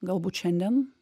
galbūt šiandien